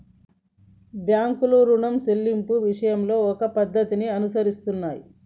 బాంకులు రుణం సెల్లింపు విషయాలలో ఓ పద్ధతిని అనుసరిస్తున్నాయి